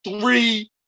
three